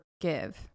forgive